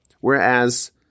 Whereas